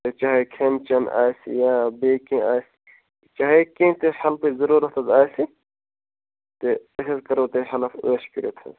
چاہے کھٮ۪ن چٮ۪ن آسہِ یا بیٚیہِ کیٚنٛہہ آسہِ چاہے کیٚنٛہہ تہِ ہیلپچ ضروٗرتھ حظ آسہِ تہٕ أسۍ حظ کَرو ہیلپ ٲش کٔرِتھ حظ